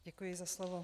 Děkuji za slovo.